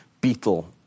beetle